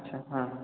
ଆଚ୍ଛା ହଁ